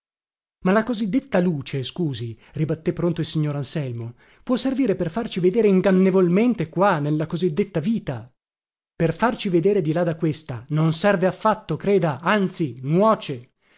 ma la così detta luce scusi ribatté pronto il signor anselmo può servire per farci vedere ingannevolmente qua nella così detta vita per farci vedere di là da questa non serve affatto creda anzi nuoce